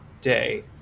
day